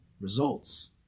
results